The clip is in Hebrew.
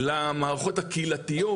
למערכות הקהילתיות,